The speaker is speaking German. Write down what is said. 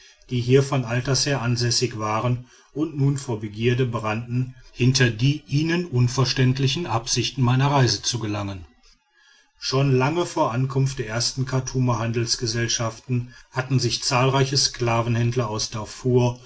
die hier von alters her ansässig waren und nun vor begierde brannten hinter die ihnen unverständlichen absichten meiner reise zu gelangen schon lange vor ankunft der ersten chartumer handelsgesellschaften hatten sich zahlreiche sklavenhändler aus darfur